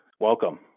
Welcome